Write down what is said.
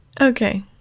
okay